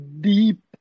deep